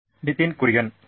ನಿತಿನ್ ಕುರಿಯನ್ ಸರಿ